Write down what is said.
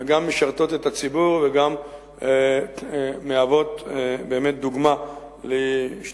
גם משרתות את הציבור וגם מהוות באמת דוגמה לשליחות